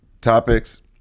topics